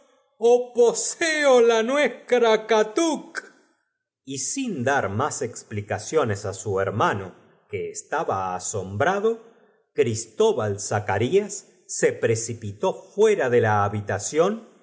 poseo la nuez lüakatukl minos y sin dar más explicaciones á su hermano que estaba asombrado ctistobal zacarlas se precipitó fueta de la habitación